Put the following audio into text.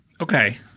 okay